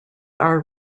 are